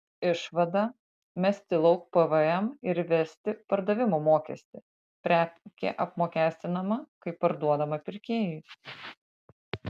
išvada mesti lauk pvm ir įvesti pardavimo mokestį prekė apmokestinama kai parduodama pirkėjui